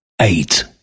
eight